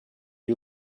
you